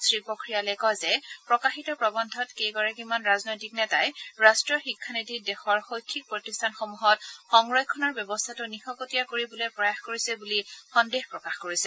শ্ৰীপোখৰিয়ালে কয় যে প্ৰকাশিত প্ৰৱন্ধত কেইগৰাকীমান ৰাজনৈতিক নেতাই ৰাষ্ট্ৰীয় শিক্ষানীতিত দেশৰ শৈক্ষিক প্ৰতিষ্ঠানসমূহত সংৰক্ষণৰ ব্যৱস্থাটো নিশকটীয়া কৰিবলৈ প্ৰয়াস কৰিছে বুলি সন্দেহ প্ৰকাশ কৰিছে